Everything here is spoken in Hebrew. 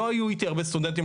לא היו איתי הרבה סטודנטים,